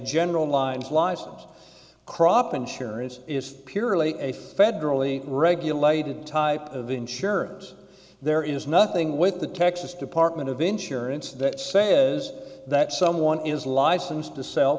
general lines license crop insurance is purely a federally regulated type of insurance there is nothing with the texas department of insurance that say is that someone is licensed to sell